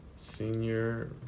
Senior